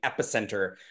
epicenter